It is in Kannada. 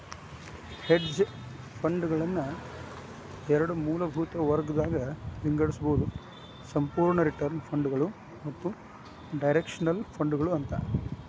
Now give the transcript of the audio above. ಹೆಡ್ಜ್ ಫಂಡ್ಗಳನ್ನ ಎರಡ್ ಮೂಲಭೂತ ವರ್ಗಗದಾಗ್ ವಿಂಗಡಿಸ್ಬೊದು ಸಂಪೂರ್ಣ ರಿಟರ್ನ್ ಫಂಡ್ಗಳು ಮತ್ತ ಡೈರೆಕ್ಷನಲ್ ಫಂಡ್ಗಳು ಅಂತ